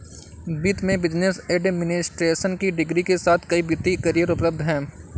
वित्त में business administration की डिग्री के साथ कई वित्तीय करियर उपलब्ध हैं